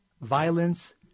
violence